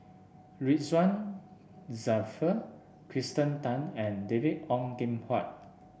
Ridzwan Dzafir Kirsten Tan and David Ong Kim Huat